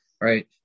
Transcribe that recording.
right